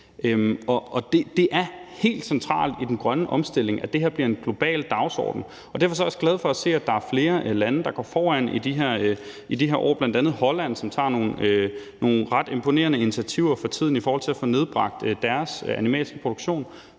Det er helt centralt i den grønne omstilling, at det her bliver en global dagsorden, og derfor er jeg også glad for at se, at der er flere lande, der går foran i de her år, bl.a. Holland, som for tiden tager nogle ret imponerende initiativer i forhold til at få nedbragt deres animalske produktion.